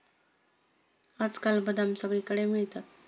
आजकाल बदाम सगळीकडे मिळतात